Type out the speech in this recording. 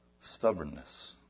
stubbornness